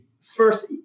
First